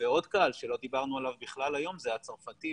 ועוד קהל שלא דיברנו עליו בכלל היום זה הצרפתים